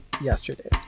yesterday